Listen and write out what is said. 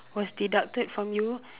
was deducted from you